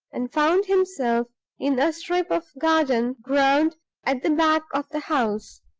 and found himself in a strip of garden ground at the back of the house.